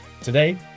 Today